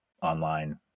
online